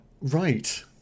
Right